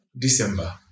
December